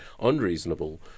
unreasonable